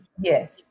Yes